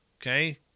okay